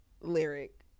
lyric